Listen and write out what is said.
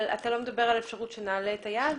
אבל אתה לא מדבר על אפשרות שנעלה את היעד?